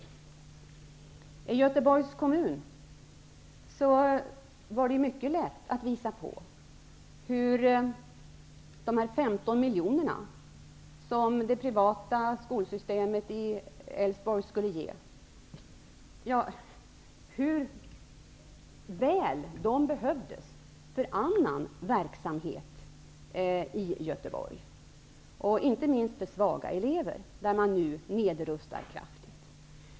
I Göteborgs kommun var det mycket lätt att visa på hur väl de 15 miljoner som det privata skolsystemet i Älvsborg skulle ge behövdes för annan verksamhet i Göteborg, inte minst för svaga elever, ett område där man nu nedrustar kraftigt.